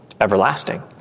everlasting